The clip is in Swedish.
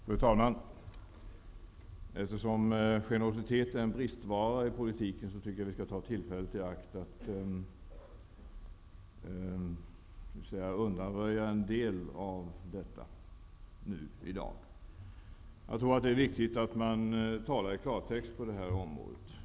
Fru talman! Eftersom generositet är en bristvara i politiken tycker jag att vi skall ta tillfället i akt och åtgärda en del av detta i dag. Jag tror att det är viktigt att vi talar i klartext på det här området.